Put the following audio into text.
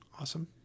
awesome